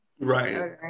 Right